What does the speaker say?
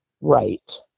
Right